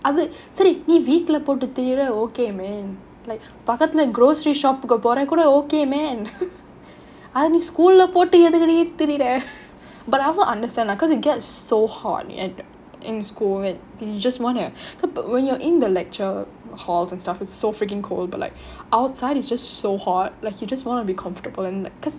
அது சரி நீ வீட்டுலே போட்டு திரியுறே சரி:athu seri nee veettule pottu thiriyure seri okay man பக்கத்துல :pakkathulle grocery shop க்கு போறெ கூட:kku pore kooda okay man அதே:athe school leh போட்டு எதுக்கு டி திரியுறே:pottu yethukku di thiriyure but I also understand lah cause it gets so hot in in school and you just want to when you are in the lecture halls and stuff it's so freaking cold but like outside it's just so hot like you just want to be comfortable and like cause